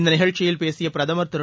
இந்த நிகழ்ச்சியில் பேசிய பிரதம் திரு